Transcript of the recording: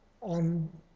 on